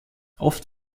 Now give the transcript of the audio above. oft